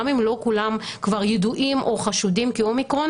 גם אם לא כולם כבר ידועים או חשודים כאומיקרון.